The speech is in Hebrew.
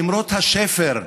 אמרות השפר,